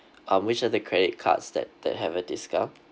um which are the credit cards that that have a discount